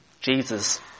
Jesus